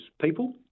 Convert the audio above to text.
people